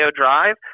Drive